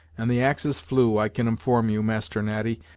and the axes flew, i can inform you, master natty,